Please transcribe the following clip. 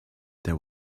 there